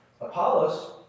Apollos